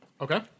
Okay